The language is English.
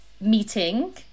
meeting